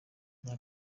nta